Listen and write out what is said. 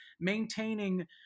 maintaining